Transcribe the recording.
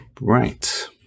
right